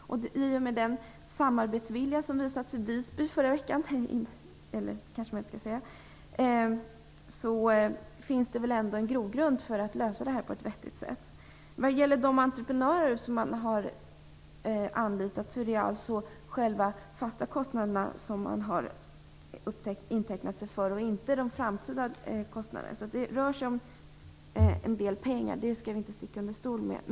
I och med den samarbetsvilja som visades i Visby förra veckan - det kanske man inte skall säga - finns det väl ändå en grogrund för att lösa detta på ett vettigt sätt. Vad gäller de entreprenörer som man har anlitat är det alltså själva de fasta kostnaderna som man har intecknat och inte de framtida kostnaderna. Det rör sig om en del pengar, det skall vi inte sticka under stol med.